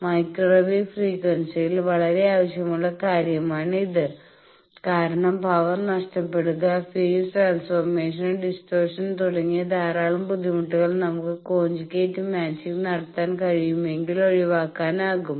microwave ഫ്രീക്വൻസിയിൽ വളരെ ആവശ്യമുള്ള കാര്യമാണിത് കാരണം പവർ നഷ്ടപ്പെടുക ഫെയ്സ് ട്രാൻസ്ഫോർമേഷനിലെ ഡിസ്റ്റോർഷൻ തുടങ്ങിയ ധരാളം ബുദ്ധിമുട്ടുകൾ നമുക്ക് കോഞ്ചുഗേറ്റ് മാച്ചിങ് നടത്താൻ കഴിയുമെങ്കിൽ ഒഴിവാക്കാനാകും